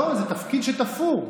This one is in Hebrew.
זה תפקיד שתפור.